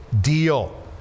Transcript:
deal